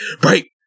break